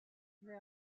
they